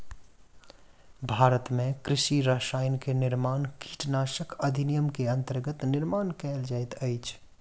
भारत में कृषि रसायन के निर्माण कीटनाशक अधिनियम के अंतर्गत निर्माण कएल जाइत अछि